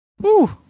Woo